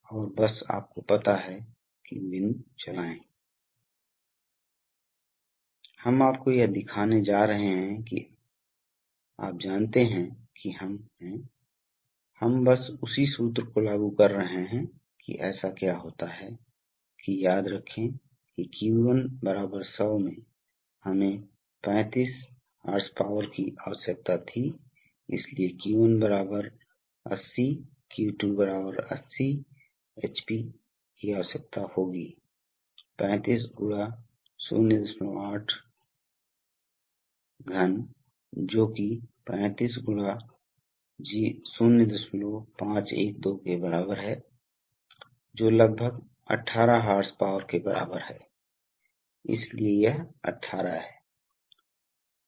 तो हमारे पास स्पष्ट लुब्रिकेटर्स हैं क्योंकि हवा में थोड़ा लुब्रिकेशन और कम चिपचिपापन है और इसलिए लुब्रिकेशन को आम तौर पर हवा के प्रवाह के लिए ठीक तेल छिड़कने से प्राप्त किया जाता है इसलिए आपको सिस्टम को लुब्रिकेट करने के लिए वितरित सिस्टम में जानना बहुत मुश्किल है इसलिए हाइड्रॉलिक्स की तरह ही तेल स्वयं चिकनाई है इसलिए यह पूरे सिस्टम में यात्रा करता है यह वास्तव में पूरे सिस्टम को लुब्रिकेट करता है इस मामले में हवा खुद ही चिकनाई नहीं है लेकिन फिर भी यह पूरे सिस्टम में यात्रा कर रहा है इसलिए यह सरल है इसलिए चिकनाई का वितरण आसानी से हवा का उपयोग करके किया जा सकता है